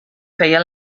feia